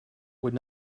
would